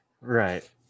Right